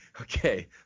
okay